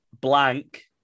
Blank